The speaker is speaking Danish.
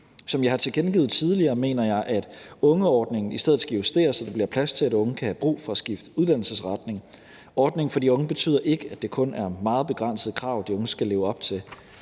Som jeg har tilkendegivet tidligere, mener jeg, at ungeordningen i stedet skal justeres, så der bliver plads til, at unge kan have brug for at skifte uddannelsesretning. Ordningen for de unge betyder ikke, at det kun er meget begrænsede krav, de unge skal leve op til,